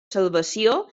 salvació